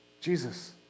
Jesus